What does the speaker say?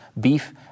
beef